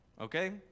Okay